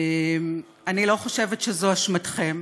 אני לא חושבת שזו אשמתכם.